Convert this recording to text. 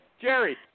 Jerry